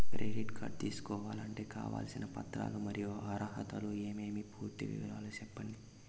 Credit card తీసుకోవాలంటే కావాల్సిన పత్రాలు మరియు అర్హతలు ఏమేమి పూర్తి వివరాలు సెప్పండి?